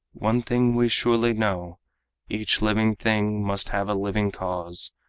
one thing we surely know each living thing must have a living cause,